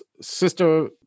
Sister